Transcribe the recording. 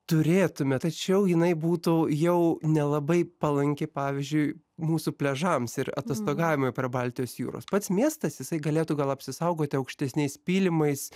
turėtume tačiau jinai būtų jau nelabai palanki pavyzdžiui mūsų pležams ir atostogavimui prie baltijos jūros pats miestas jisai galėtų gal apsisaugoti aukštesniais pylimais